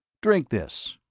drink this,